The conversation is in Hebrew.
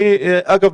אגב,